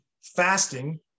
fasting